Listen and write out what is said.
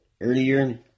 earlier